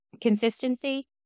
consistency